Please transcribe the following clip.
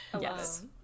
Yes